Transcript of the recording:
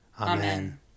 Amen